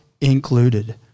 included